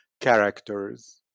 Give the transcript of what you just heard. characters